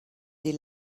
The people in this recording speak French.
des